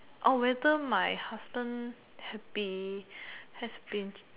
whether my husband had been has been